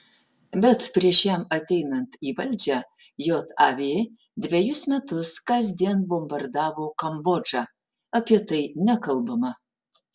bet prieš jam ateinant į valdžią jav dvejus metus kasdien bombardavo kambodžą apie tai nekalbama